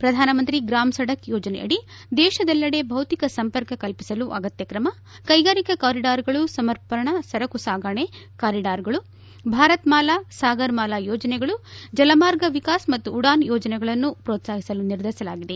ಪ್ರಧಾನಮಂತ್ರಿ ಗ್ರಾಮ್ ಸಡಕ್ ಯೋಜನೆಯಡಿ ದೇಶದಲ್ಲೆಡೆ ಭೌತಿಕ ಸಂಪರ್ಕ ಕಲ್ಲಿಸಲು ಅಗತ್ತಕ್ರಮ ಕ್ಕೆಗಾರಿಕಾ ಕಾರಿಡಾರ್ಗಳು ಸಮರ್ಪಣ ಸರಕು ಸಾಗಾಣೆ ಕಾರಿಡಾರ್ಗಳು ಭಾರತ್ ಮಾಲಾ ಸಾಗರ ಮಾಲಾ ಯೋಜನೆಗಳು ಜಲಮಾರ್ಗ ವಿಕಾಸ ಮತ್ತು ಉಡಾನ್ ಯೋಜನೆಗಳನ್ನು ಪ್ರೋತ್ನಾಹಿಸಲು ನಿರ್ಧರಿಸಲಾಗಿದೆ